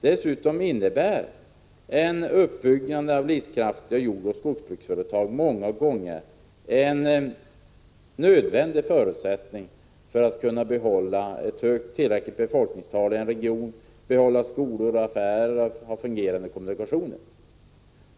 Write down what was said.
Dessutom innebär en uppbyggnad av livskraftiga jordoch skogsbruksföretag många gånger en nödvändig förutsättning för möjligheterna till upprätthållande av ett tillräckligt befolkningstal i en region, behållande av skolor och affärer samt fungerande kommunikationer.